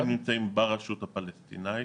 הם נמצאים ברשות הפלסטינית.